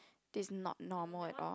this is not normal at all